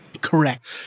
Correct